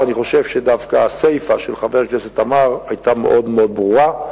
ואני חושב שדווקא הסיפא של חבר הכנסת עמאר היתה מאוד מאוד ברורה.